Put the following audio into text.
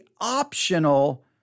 optional